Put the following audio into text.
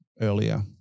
earlier